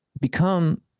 become